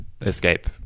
escape